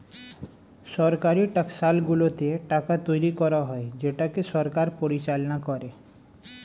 সরকারি টাকশালগুলোতে টাকা তৈরী করা হয় যেটাকে সরকার পরিচালনা করে